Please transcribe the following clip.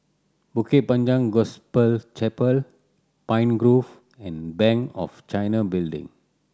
Bukit Panjang Gospel Chapel Pine Grove and Bank of China Building